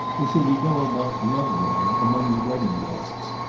or should he go about lovelorn among the wedding guests?